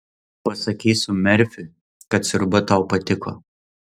pasakysiu merfiui kad sriuba tau patiko